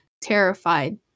terrified